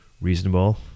reasonable